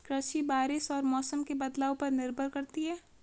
कृषि बारिश और मौसम के बदलाव पर निर्भर करती है